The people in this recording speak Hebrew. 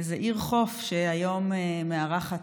איזו עיר חוף שהיום מארחת